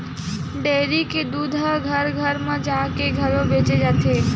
dairy के दूद ह घर घर म जाके घलो बेचे जाथे